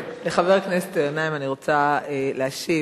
לחבר הכנסת גנאים אני רוצה להשיב.